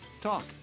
Talk